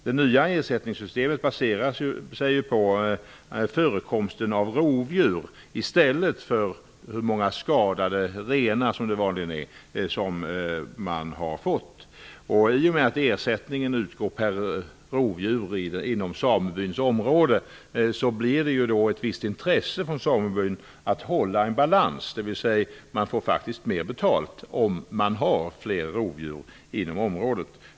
Det nya ersättningssystemet baserar sig ju på förekomsten av rovdjur i stället för antalet skadade renar, vilket det vanligen är fråga om. I och med att ersättningen utgår per rovdjur inom samebyns område blir det ett visst intresse från samebyn att hålla en balans, dvs. att man faktiskt får mer betalt om man har fler rovdjur inom området.